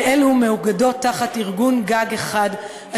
ואלו מאוגדות תחת ארגון-גג אחד,